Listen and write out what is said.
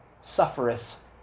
suffereth